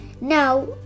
Now